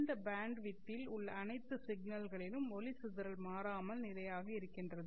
இந்த பேண்ட் வித்தில் உள்ள அனைத்து சிக்னல்களிலும் ஒளி சிதறல் மாறாமல் நிலையாக இருக்கின்றது